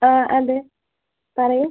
ആ അതെ പറയൂ